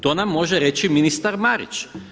To nam može reći ministar Marić.